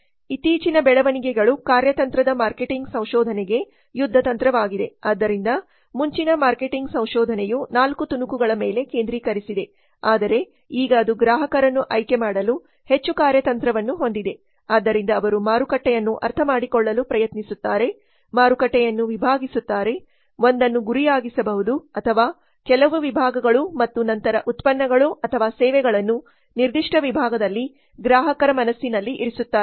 ಇತ್ತೀಚಿನ ಬೆಳವಣಿಗೆಗಳು ಕಾರ್ಯತಂತ್ರದ ಮಾರ್ಕೆಟಿಂಗ್ ಸಂಶೋಧನೆಗೆ ಯುದ್ಧತಂತ್ರವಾಗಿದೆ ಆದ್ದರಿಂದ ಮುಂಚಿನ ಮಾರ್ಕೆಟಿಂಗ್ ಸಂಶೋಧನೆಯು 4 ತುಣುಕುಗಳ ಮೇಲೆ ಕೇಂದ್ರೀಕರಿಸಿದೆ ಆದರೆ ಈಗ ಅದು ಗ್ರಾಹಕರನ್ನು ಆಯ್ಕೆಮಾಡಲು ಹೆಚ್ಚು ಕಾರ್ಯತಂತ್ರವನ್ನು ಹೊಂದಿದೆ ಆದ್ದರಿಂದ ಅವರು ಮಾರುಕಟ್ಟೆಯನ್ನು ಅರ್ಥಮಾಡಿಕೊಳ್ಳಲು ಪ್ರಯತ್ನಿಸುತ್ತಾರೆ ಮಾರುಕಟ್ಟೆಯನ್ನು ವಿಭಾಗಿಸುತ್ತಾರೆ ಒಂದನ್ನು ಗುರಿಯಾಗಿಸಬಹುದು ಅಥವಾ ಕೆಲವು ವಿಭಾಗಗಳು ಮತ್ತು ನಂತರ ಉತ್ಪನ್ನಗಳು ಅಥವಾ ಸೇವೆಗಳನ್ನು ನಿರ್ದಿಷ್ಟ ವಿಭಾಗದಲ್ಲಿ ಗ್ರಾಹಕರ ಮನಸ್ಸಿನಲ್ಲಿ ಇರಿಸುತ್ತಾರೆ